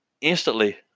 instantly